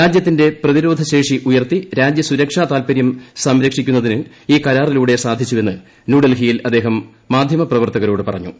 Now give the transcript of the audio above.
രാജ്യത്തിന്റെ പ്രതിരോധ ശേഷി ഉയർത്തി രാജ്യസുരക്ഷാ താത്ഷ്യൂർസംരക്ഷിക്കുന്നതിന് ഈ കരാറിലൂടെ സാധിച്ചുവെന്ന് ന്യൂഡൽഹിയിൽ അദ്ദേഹം മാധ്യമപ്രവർത്തകരോട് പറഞ്ഞു